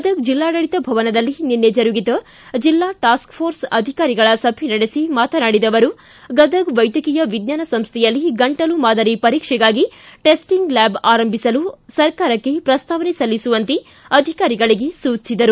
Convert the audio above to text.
ಗದಗ್ ಜಿಲ್ಲಾಡಳಿತ ಭವನದಲ್ಲಿ ನಿನ್ನೆ ಜರುಗಿದ ಜಿಲ್ಲಾ ಟಾಸ್ಕಪೋರ್ಸ ಅಧಿಕಾರಿಗಳ ಸಭೆ ನಡೆಸಿ ಮಾತನಾಡಿದ ಅವರು ಗದಗ ವೈದ್ಯಕೀಯ ವಿಜ್ಣಾನ ಸಂಸ್ಥೆಯಲ್ಲಿ ಗಂಟಲು ಮಾದರಿ ಪರೀಕ್ಷೆಗಾಗಿ ಟೆಸ್ಸಿಂಗ್ ಲ್ನಾಬ್ ಪ್ರಾರಂಭಿಸಲು ಸರಕಾರಕ್ಕೆ ಪ್ರಸ್ತಾವನೆ ಸಲ್ಲಿಸುವಂತೆ ಅಧಿಕಾರಿಗಳಿಗೆ ಸೂಚಿಸಿದರು